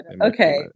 Okay